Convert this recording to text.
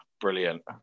Brilliant